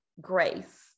Grace